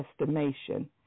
estimation